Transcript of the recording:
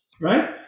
right